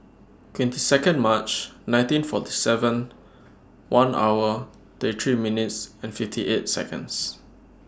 twenty Second March nineteen forty seven one hour thirty three minutes and fifty eight Seconds